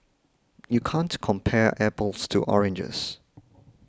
you can't compare apples to oranges